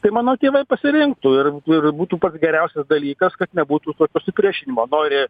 tai manau tėvai pasirinktų ir ir būtų pats geriausias dalykas kad nebūtų tokio supriešinimo nori